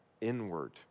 inward